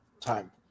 Time